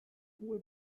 hohe